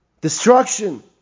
destruction